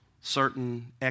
certain